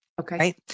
Okay